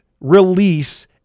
release